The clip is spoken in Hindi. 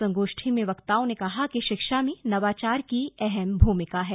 संगोष्ठी में वक्ताओं ने कहा कि शिक्षा में नवाचार की अहम भूमिका है